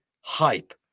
hype